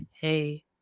hey